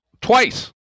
twice